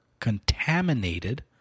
contaminated